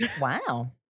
Wow